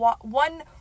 one